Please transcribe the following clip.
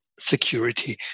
security